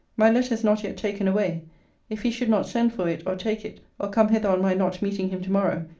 my letter is not yet taken away if he should not send for it, or take it, or come hither on my not meeting him to-morrow,